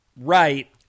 right